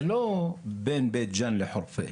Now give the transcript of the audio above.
זה לא בין בית ג'ן לחורפיש.